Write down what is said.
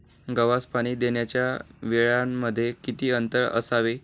गव्हास पाणी देण्याच्या वेळांमध्ये किती अंतर असावे?